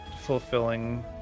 fulfilling